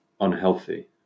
unhealthy